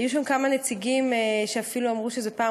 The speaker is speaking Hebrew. היו שם כמה נציגים שאפילו אמרו שזו פעם